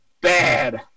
bad